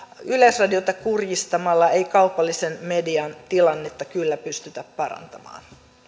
yleisradiota kurjistamalla ei kaupallisen median tilannetta kyllä pystytä parantamaan